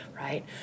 right